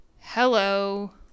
Hello